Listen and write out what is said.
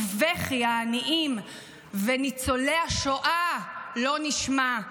ובכי העניים וניצולי השואה לא נשמע.